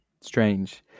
Strange